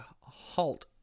Halt